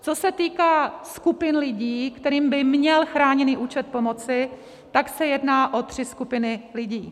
Co se týká skupin lidí, kterým by měl chráněný účet pomoci, tak se jedná o tři skupiny lidí.